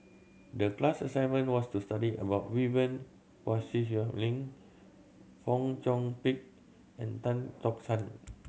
the class assignment was to study about Vivien Quahe Seah Lin Fong Chong Pik and Tan Tock San